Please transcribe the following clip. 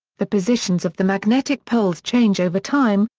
the positions of the magnetic poles change over time,